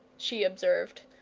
she observed.